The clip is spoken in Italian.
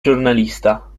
giornalista